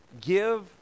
Give